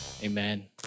Amen